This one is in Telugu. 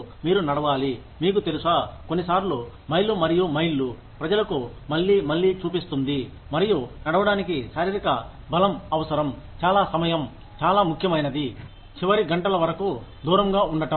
మీరు నడవాలి మీకు తెలుసా కొన్ని సార్లు మైళ్ళు మరియు మైళ్ళు ప్రజలకు మళ్లీ మళ్లీ చూపిస్తుంది మరియు నడవడానికి శారీరక బలం అవసరం చాలా సమయంచాలా ముఖ్యమైనది చివరి గంటల వరకు దూరంగా ఉండటం